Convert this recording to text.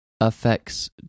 affects